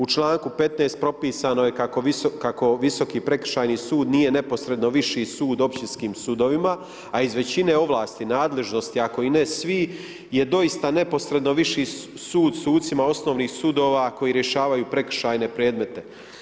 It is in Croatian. U članku 15. propisano je kako Visoki prekršajni sud nije neposredno viši sud općinskim sudovima, a iz većine ovlasti, nadležnosti ako i ne svi je doista neposredno viši sud sucima osnovnih sudova koji rješavaju prekršajne predmete.